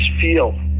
feel